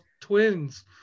twins